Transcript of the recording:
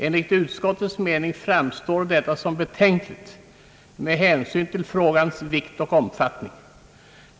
Enligt utskottets mening framstår detta som betänkligt med hänsyn till frågans vikt och omfattning.